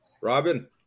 Robin